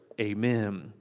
amen